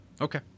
Okay